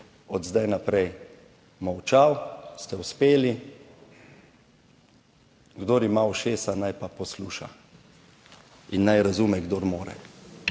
od zdaj naprej molčal. Ste uspeli, kdor ima ušesa, naj pa posluša in naj razume, kdor more.